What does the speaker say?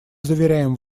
заверяем